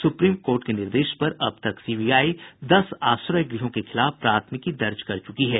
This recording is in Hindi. सुप्रीम कोर्ट के निर्देश पर अब तक सीबीआई दस आश्रय गृहों के खिलाफ प्राथमिकी दर्ज कर चुकी है